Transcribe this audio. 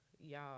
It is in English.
y'all